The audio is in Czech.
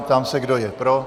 Ptám se, kdo je pro.